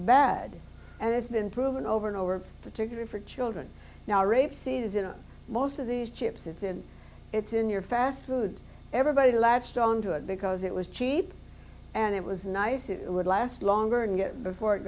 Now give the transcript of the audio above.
bad and it's been proven over and over particularly for children now rapeseed is in most of these chips it's in it's in your fast food everybody latched onto it because it was cheap and it was nice it would last longer and get it before it